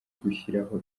gushyiraho